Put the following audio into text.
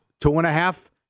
two-and-a-half